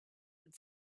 had